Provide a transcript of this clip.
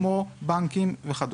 כמו בנקים וכדומה.